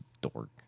dork